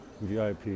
VIP